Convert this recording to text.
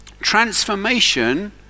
Transformation